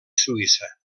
suïssa